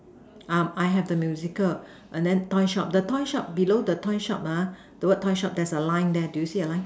uh I have the musical and then toy shop the toy shop below the toy shop ah the word toy shop there's a line there do you see a line